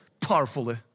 powerfully